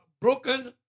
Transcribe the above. broken